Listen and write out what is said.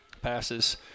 passes